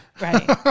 Right